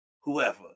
whoever